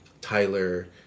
Tyler